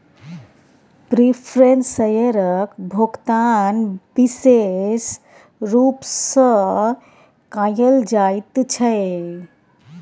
preference शेयरक भोकतान बिशेष रुप सँ कयल जाइत छै